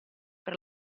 per